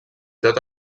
tot